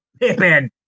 Pippin